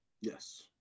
Yes